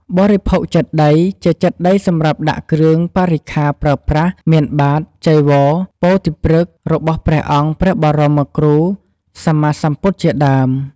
បរិភោគចេតិយ ជាចេតិយសម្រាប់ដាក់គ្រឿងបរិក្ខាប្រើប្រាស់ មាន បាត្រ ចីវរ ពោធិព្រឹក្ស របស់អង្គព្រះបរមគ្រូសម្មាសម្ពុទ្ធជាដើម។